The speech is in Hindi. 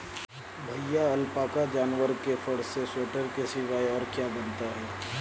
भैया अलपाका जानवर के फर से स्वेटर के सिवाय और क्या बनता है?